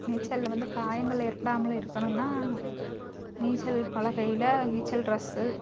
நீச்சல்ல வந்து காயங்கள் ஏற்படாமல் இருக்கணும்னா நீச்சல் பலகையில் நீச்சல் ட்ரஸ்ஸு